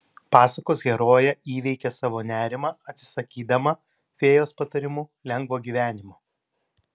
pasakos herojė įveikia savo nerimą atsisakydama fėjos patarimu lengvo gyvenimo